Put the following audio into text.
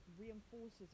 reinforces